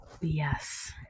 yes